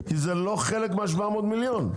כי זה לא חלק מ-700 המיליון.